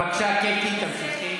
בבקשה, קטי, תמשיכי.